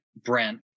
brent